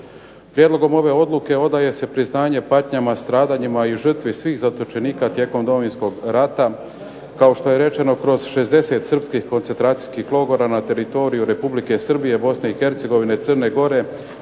Prijedlogom ove Odluke odaje se priznanje patnjama, stradanjima, i žrtvi svih zatočenika tijekom Domovinskog rata kao što je rečeno kroz 60 srpskih koncentracijskih logora na teritoriju Republike Srbije, Bosne i Hercegovine, Crne gore